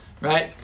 right